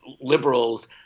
liberals